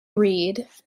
read